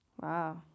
Wow